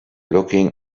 looking